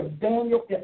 Daniel